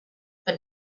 but